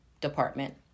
department